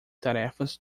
tarefas